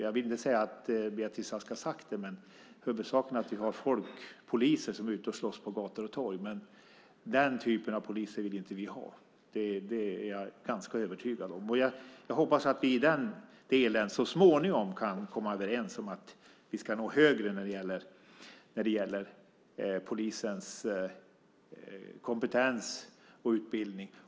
Jag vill inte säga att Beatrice Ask har sagt så, men det låter som om huvudsaken är att vi har poliser som är ute och slåss på gator och torg. Den typen av poliser vill vi inte ha; det är jag ganska övertygad om. Jag hoppas att vi så småningom kan komma överens i den delen. Vi ska nå högre när det gäller polisens kompetens och utbildning.